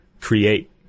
create